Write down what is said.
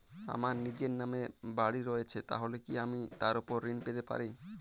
আমার নিজের নামে বাড়ী রয়েছে তাহলে কি আমি তার ওপর ঋণ পেতে পারি?